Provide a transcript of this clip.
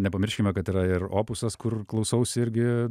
nepamirškime kad yra ir opusas kur klausausi irgi